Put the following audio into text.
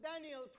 Daniel